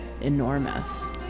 enormous